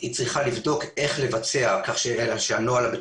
יכול להיות שצריך ליצור מאגר של נציגי